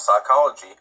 psychology